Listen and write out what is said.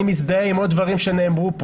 אני מזדהה עם עוד דברים שנאמרו כאן.